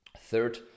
Third